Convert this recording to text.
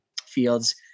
fields